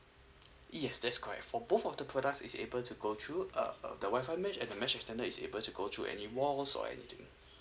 yes that's correct for both of the products is able to go through uh the Wi-Fi mesh and mesh extender is able to go through any walls or anything